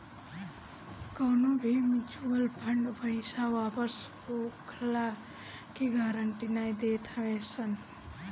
कवनो भी mutual fund पईसा वापस होखला के गारंटी नाइ देत हवे सन